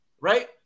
right